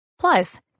Plus